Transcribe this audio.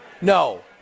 No